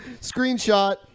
Screenshot